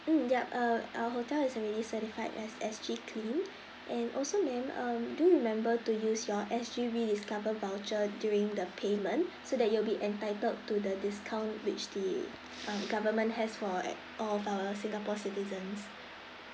mm yup uh our hotel is already certified as S_G clean and also may I um do remember to use your S_G rediscover voucher during the payment so that you will be entitled to the discount which the uh government has for at for our singapore citizens